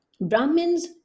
Brahmins